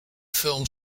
film